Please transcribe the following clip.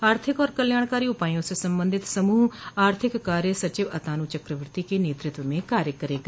आथिक और कल्याणकारी उपायों से संबंधित समूह आर्थिक कार्य सचिव अतान् चक्रवर्ती के नेतृत्व म कार्य करेगा